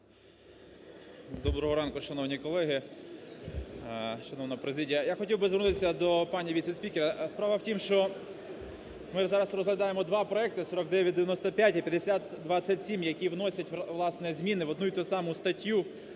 Доброго ранку, шановні колеги, шановна президія! Я хотів би звернутися до пані віце-спікера. Справа в тім, що ми ж зараз розглядаємо два проекти 4995 і 5227, які вносять, власне, зміни в одну й ту саму статтю